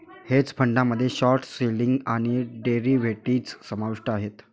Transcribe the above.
hedge फंडामध्ये short selling आणि derivatives समाविष्ट आहेत